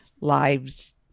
lives